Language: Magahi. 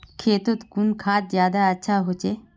खेतोत कुन खाद ज्यादा अच्छा होचे?